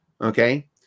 okay